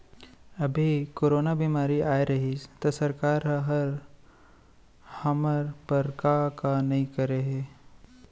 अभी कोरोना बेमारी अए रहिस त सरकार हर हमर बर का का नइ करे हे